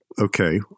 Okay